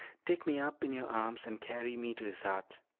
take me up in your arms and carry me to isarte.